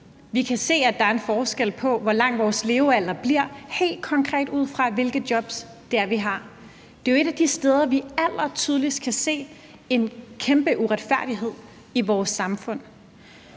konkret se, at der er en forskel på, hvor lang vores levealder bliver. Det er jo et af de steder, vi allertydeligst kan se en kæmpe uretfærdighed i vores samfund.